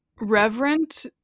reverent